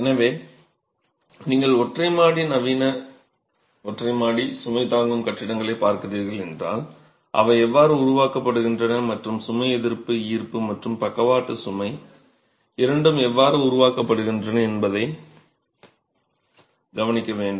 எனவே நீங்கள் ஒற்றை மாடி நவீன ஒற்றை மாடி சுமை தாங்கும் கட்டிடங்களைப் பார்க்கிறீர்கள் என்றால் அவை எவ்வாறு உருவாக்கப்படுகின்றன மற்றும் சுமை எதிர்ப்பு ஈர்ப்பு மற்றும் பக்கவாட்டு சுமை இரண்டும் எவ்வாறு உருவாக்கப்படுகின்றன என்பதை கவனிக்க வேண்டும்